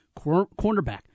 Cornerback